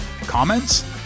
Comments